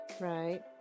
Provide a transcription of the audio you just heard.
right